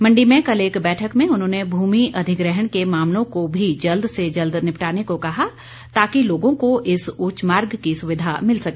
मंडी में कल एक बैठक में उन्होंने भूमि अधिग्रहण के मामलों को भी जल्द से जल्द निपटाने को कहा ताकि लोगों को इस उच्च मार्ग की सुविधा मिल सके